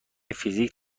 فیزیک